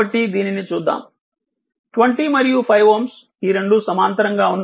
కాబట్టి దీనిని చూద్దాం 20 మరియు 5Ω ఈ రెండు సమాంతరంగా ఉన్నాయి